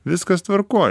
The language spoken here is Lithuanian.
viskas tvarkoj